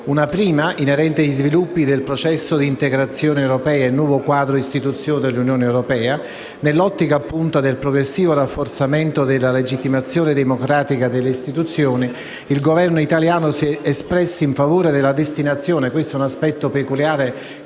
parte è inerente agli sviluppi del processo di integrazione europea e al nuovo quadro istituzionale dell'Unione europea. Nell'ottica del progressivo rafforzamento della legittimazione democratica delle istituzioni, il Governo italiano si è espresso in favore della destinazione (questo è un aspetto peculiare